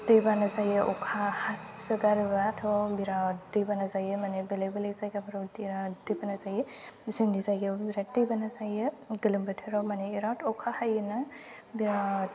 दै बाना जायो अखा हासोगारोब्लाथ' बिराद दैबाना जायो माने बेलेख बेलेख जायगाफोराव बिराद दै बाना जायो जोंनि जायगायावबो बिराद दैबाना जायो गोलोम बोथोराव माने बिराद अखा हायोना बिरादनो